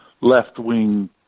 left-wing